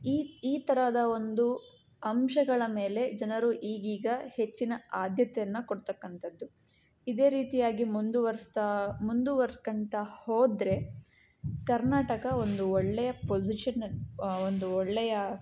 ಈ ಈ ತರಹದ ಒಂದು ಅಂಶಗಳ ಮೇಲೆ ಜನರು ಈಗೀಗ ಹೆಚ್ಚಿನ ಆದ್ಯತೆಯನ್ನು ಕೊಡ್ತಕ್ಕಂತದ್ದು ಇದೆ ರೀತಿಯಾಗಿ ಮುಂದುವರೆಸ್ತಾ ಮುಂದುವರ್ಸ್ಕೊಂತ ಹೋದರೆ ಕರ್ನಾಟಕ ಒಂದು ಒಳ್ಳೆಯ ಪೊಸಿಷನಲ್ಲಿ ಒಂದು ಒಳ್ಳೆಯ